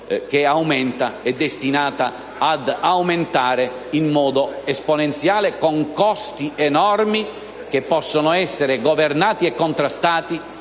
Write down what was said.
è destinata ad aumentare in modo esponenziale, con costi enormi. Tali costi possono essere governati e contenuti